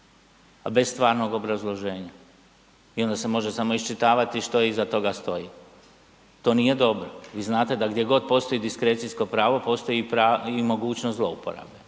a bez stvarnog obrazloženja i onda se može samo iščitavati što iza toga stoji. To nije dobro. Vi znate da gdje god postoji diskrecijsko pravo postoji mogućnost i zlouporabe,